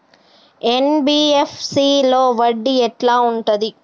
NBFC లో వడ్డీ ఎట్లా ఉంటది?